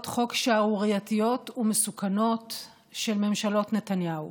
חוק שערורייתיות ומסוכנות של ממשלות נתניהו?